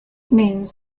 means